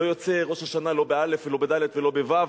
לא יוצא ראש השנה לא בא' ולא בד' ולא בו',